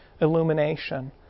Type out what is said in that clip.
illumination